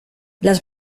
las